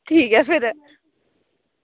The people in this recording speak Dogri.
ठीक ऐ फिर